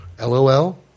LOL